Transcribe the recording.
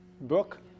Book